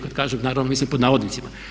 Kada kažem naravno mislim pod navodnicima.